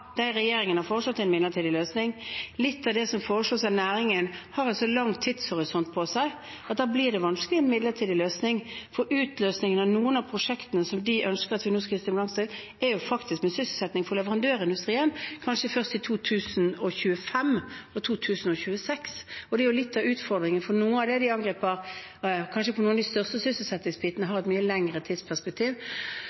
det regjeringen har foreslått, er en midlertidig løsning. Litt av det som foreslås av næringen, har en så lang tidshorisont at det blir vanskelig med en midlertidig løsning, for utløsningen av noen av prosjektene som de ønsker at vi nå skal gi stimulans til, er faktisk en sysselsetting for leverandørindustrien – kanskje først i 2025 og 2026. Det er litt av utfordringen, for noe av det de angriper, har, kanskje for noen av de største sysselsettingsbitene,